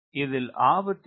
இதில் ஆபத்து என்ன